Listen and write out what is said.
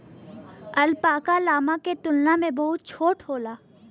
alpaca, llama के तुलना में बहुत छोट होला